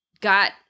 got